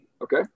okay